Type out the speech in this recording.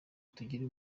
tugire